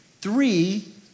three